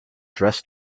dress